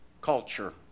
culture